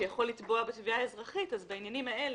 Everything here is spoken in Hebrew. שיכול לתבוע בתביעה אזרחית אז בעניינים האלה